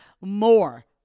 more